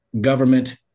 government